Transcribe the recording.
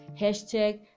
hashtag